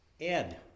Ed